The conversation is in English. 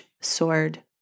sword